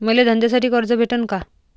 मले धंद्यासाठी कर्ज भेटन का?